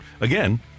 again